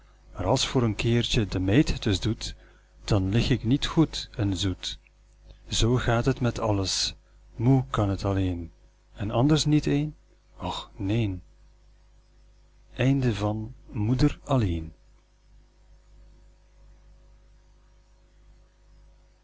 als voor een keertjen de meid het eens doet dan lig ik niet goed en zoet zoo gaat het met alles moe kan het alleen en anders niet één och neen